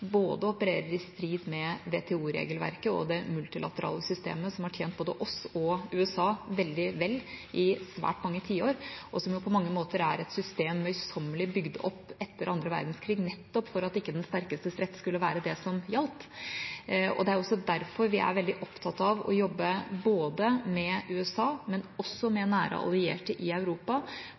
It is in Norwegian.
opererer i strid med både WTO-regelverket og det multilaterale systemet, som har tjent både oss og USA veldig vel i svært mange tiår, og som på mange måter er et system som er møysommelig bygd opp etter den andre verdenskrigen nettopp for at ikke den sterkestes rett skulle være det som gjaldt. Det er også derfor vi er veldig opptatt av å jobbe med både USA og nære allierte i Europa